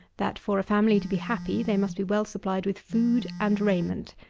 that for a family to be happy, they must be well supplied with food and raiment.